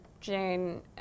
Jane